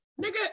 nigga